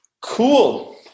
Cool